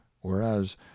whereas